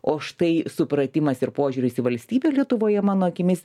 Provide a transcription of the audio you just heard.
o štai supratimas ir požiūris į valstybę lietuvoje mano akimis